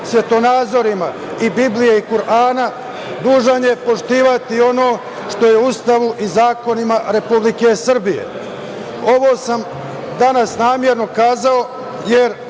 svetonazorima i Biblije i Kurana dužan je poštovati ono što je Ustavom i zakonima Republike Srbije. Ovo sam danas namerno kazao, jer